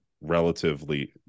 relatively